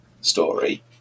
story